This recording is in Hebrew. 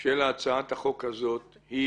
של הצעת החוק הזאת היא